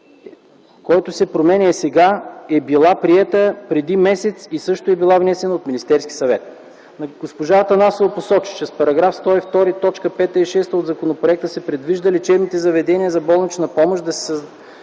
който се променя сега, е била приета преди месец и също е била внесена от Министерски съвет. Госпожа Атанасова посочи, че с § 102, т. 5 и 6 от законопроекта се предвижда лечебни заведения за болнична помощ да се създават